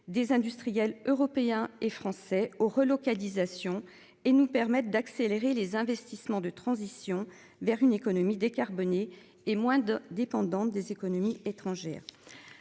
des industriels européens et français aux relocalisations et nous permettent d'accélérer les investissements de transition vers une économie décarbonée et moins dépendante des économies étrangères